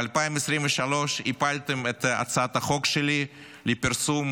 ב-2023 הפלתם את הצעת החוק שלי לפרסום